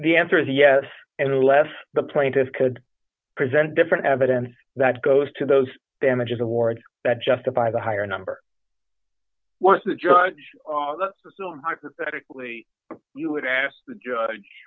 the answer is yes and unless the plaintiff could present different evidence that goes to those damages awards that justify the higher number was the judge let's assume hypothetically you would ask the judge